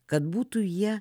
kad būtų jie